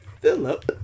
Philip